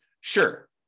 Sure